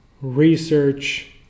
research